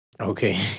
Okay